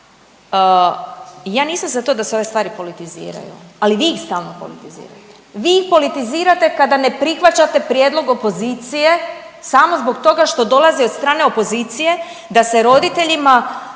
Ja nisam za to da se ove stvari politiziraju, ali vi ih stalno politizirate. Vi politizirate kada ne prihvaćate prijedlog opozicije samo zbog toga što dolazi od strane opozicije da se roditeljima